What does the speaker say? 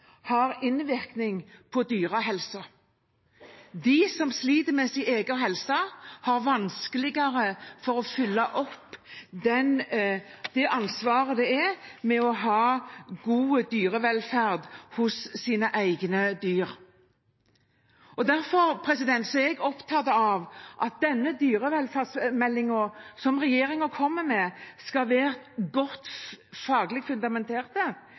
har innvirkning på dyrehelsen. De som sliter med sin egen helse, har vanskeligere for å følge opp det ansvaret det er å ha god dyrevelferd hos sine egne dyr. Derfor er jeg opptatt av at denne dyrevelferdsmeldingen som regjeringen kommer med, skal være godt faglig